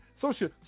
Social